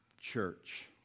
church